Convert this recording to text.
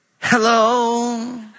Hello